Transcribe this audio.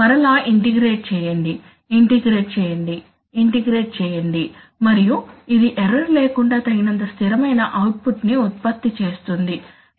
మరలా ఇంటిగ్రేట్ చేయండి ఇంటిగ్రేట్ చేయండి ఇంటిగ్రేట్ చేయండి మరియు ఇది ఎర్రర్ లేకుండా తగినంత స్థిరమైన అవుట్ పుట్ ని ఉత్పత్తి చేస్తుంది